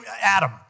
Adam